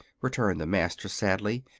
returned the master sadly.